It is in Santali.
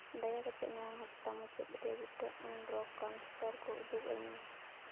ᱫᱟᱭᱟ ᱠᱟᱛᱮ ᱱᱚᱣᱟ ᱦᱟᱯᱛᱟ ᱢᱩᱪᱟᱹᱫ ᱨᱮ ᱵᱩᱴᱟᱹᱣᱟᱱ ᱨᱚᱠ ᱠᱚᱱᱥᱴᱚᱨ ᱠᱚ ᱩᱫᱩᱜ ᱟᱹᱧ ᱢᱮ